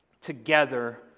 together